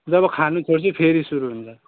जब खानु छोड्छु फेरि सुरू हुन्छ